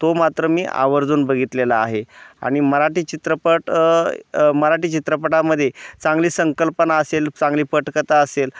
तो मात्र मी आवर्जून बघितलेला आहे आणि मराठी चित्रपट मराठी चित्रपटामध्ये चांगली संकल्पना असेल चांगली पटकथा असेल